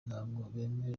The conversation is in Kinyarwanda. ntabwo